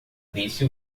disse